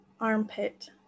armpit